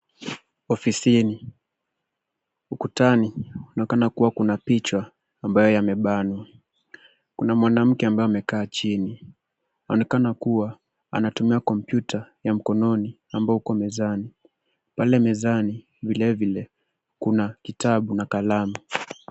Ofisini. Ukutani kunaonekana kuwa kuna picha ambayo yamebanwa. Kuna mwanamke ambaye amekaa chini. Anaonekana kuwa anatumia kompyuta ya mkononi ambao uko mezani. Pale mezani vilvile kuna kitabu na kalamu.